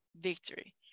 victory